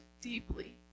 deeply